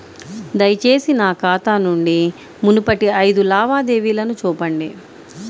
దయచేసి నా ఖాతా నుండి మునుపటి ఐదు లావాదేవీలను చూపండి